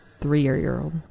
three-year-old